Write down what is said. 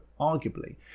arguably